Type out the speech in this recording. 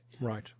Right